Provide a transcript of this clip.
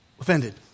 offended